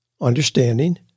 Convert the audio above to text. understanding